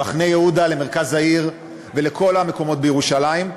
למחנה-יהודה, למרכז העיר ולכל המקומות בירושלים.